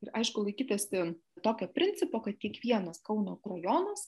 ir aišku laikytasi tokio principo kad kiekvienas kauno rajonas